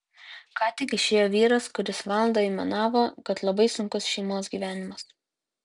ką tik išėjo vyras kuris valandą aimanavo kad labai sunkus šeimos gyvenimas